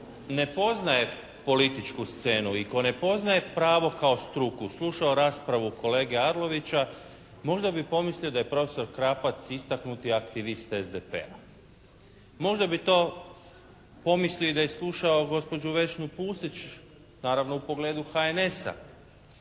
tko ne poznaje političku scenu i tko ne poznaje pravo kao struku slušao raspravu kolege Arlovića možda bi pomislio da je profesor Krapac istaknuti aktivist SDP-a. Možda bi to pomislio i da je slušao gospođu Vesnu Pusić, naravno u pogledu HNS-a.